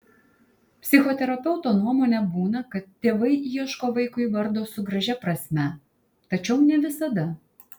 psichoterapeuto nuomone būna kad tėvai ieško vaikui vardo su gražia prasme tačiau ne visada